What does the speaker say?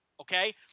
okay